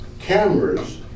cameras